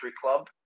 club